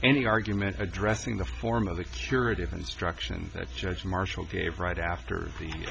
any argument addressing the form of the surety of instruction that judge marshall gave right after the